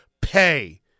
pay